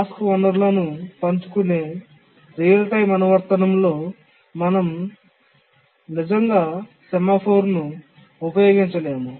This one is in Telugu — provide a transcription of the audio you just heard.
టాస్క్ వనరులను పంచుకునే నిజ సమయ అనువర్తనం లో మనం నిజంగా సెమాఫోర్ను ఉపయోగించలేము